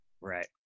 Right